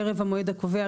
ערב המועד הקובע,